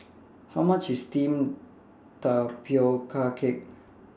How much IS Steamed Tapioca Cake